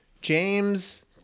James